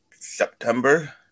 September